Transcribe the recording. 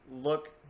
look